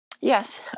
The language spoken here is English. Yes